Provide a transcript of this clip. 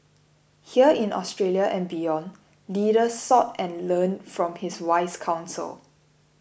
here in Australia and beyond leaders sought and learned from his wise counsel